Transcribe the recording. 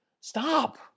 Stop